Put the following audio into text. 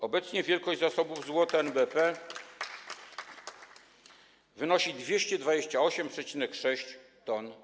Obecnie wielkość zasobów złota NBP wynosi 228,6 t.